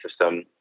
system